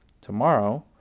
Tomorrow